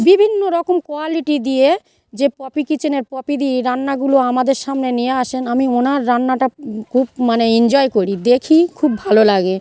বিভিন্ন রকম কোয়ালিটি দিয়ে যে পপি কিচেনের পপিদি রান্নাগুলো আমাদের সামনে নিয়ে আসেন আমি ওনার রান্নাটা খুব মানে এনজয় করি দেখি খুব ভালো লাগে